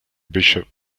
bishop